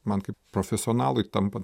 man kaip profesionalui tampant